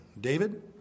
David